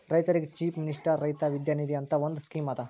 ರೈತರಿಗ್ chief minister Raitha Vidya Nidhi ಅಂತ್ ಒಂದ್ ಸ್ಕೀಮ್ ಅದಾ